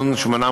2012,